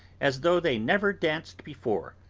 as though they never danced before,